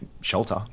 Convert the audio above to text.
shelter